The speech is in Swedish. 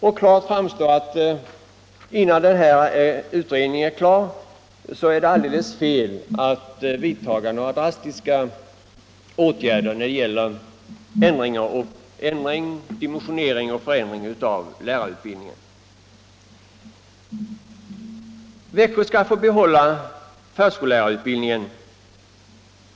Det framstår klart att det är alldeles fel att — innan denna utredning är färdig — vidtaga några drastiska åtgärder när det gäller dimensionering och förändring av lärarutbildningen. Växjö skall få behålla förskollärarutbildningen.